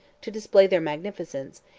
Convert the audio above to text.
to display their magnificence,